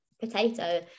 potato